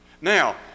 Now